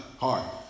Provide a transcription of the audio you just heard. Hard